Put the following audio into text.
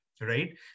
right